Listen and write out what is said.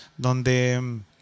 donde